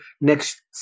next